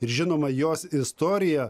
ir žinoma jos istorija